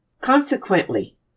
Consequently